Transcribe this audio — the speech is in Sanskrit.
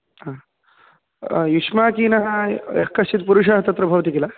हा युष्माकीनः यः कश्चित् पुरुषः तत्र भवति किल